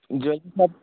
jewellery shop